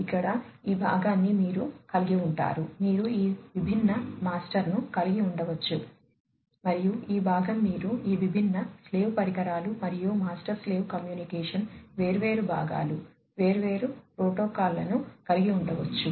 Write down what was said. ఇక్కడ ఈ భాగాన్ని మీరు కలిగి ఉంటారు మీరు ఈ విభిన్న మాస్టర్ను కలిగి ఉండవచ్చు మరియు ఈ భాగం మీరు ఈ విభిన్న స్లేవ్ పరికరాలు మరియు మాస్టర్ స్లేవ్ కమ్యూనికేషన్ వేర్వేరు భాగాలు వేర్వేరు ప్రోటోకాల్లను కలిగి ఉండవచ్చు